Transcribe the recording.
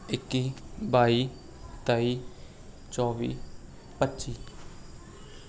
ਇੱਕੀ ਬਾਈ ਤੇਈ ਚੌਵੀ ਪੱਚੀ